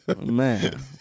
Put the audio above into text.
Man